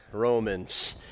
Romans